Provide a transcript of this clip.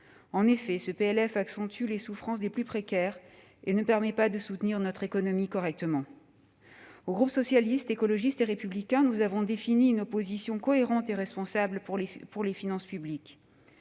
de finances accentue les souffrances des plus précaires et ne permet pas de soutenir notre économie correctement. Au groupe Socialiste, Écologiste et Républicain, nous avons défini une opposition cohérente et responsable pour les finances publiques